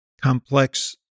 complex